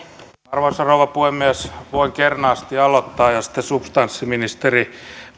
arvoisa rouva puhemies voin kernaasti aloittaa ja sitten substanssiministeri